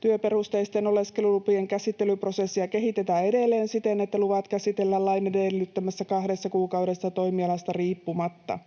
työperusteisten oleskelulupien käsittelyprosessia kehitetään edelleen siten, että luvat käsitellään lain edellyttämässä kahdessa kuukaudessa toimialasta riippumatta.